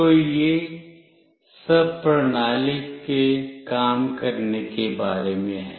तो यह सब प्रणाली के काम करने के बारे में है